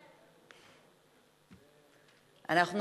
כן, נצביע.